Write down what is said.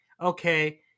okay